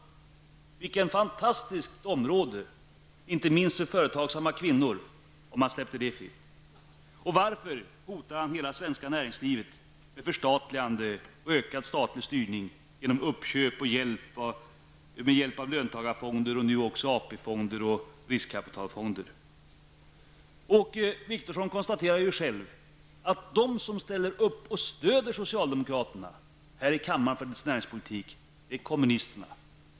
Vilket fantastiskt område det skulle vara, inte minst för företagsamma kvinnor, om man släppte det fritt? Och varför hotar han hela näringslivet med förstatligande och ökad statlig styrning genom uppköp med hjälp av löntagarfonder och nu också AP-fonder och riskkapitalfonder? Åke Wictorsson konstaterar ju själv att de som ställer upp och stöder socialdemokraternas näringspolitik här i kammaren är kommunisterna.